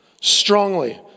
strongly